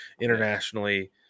internationally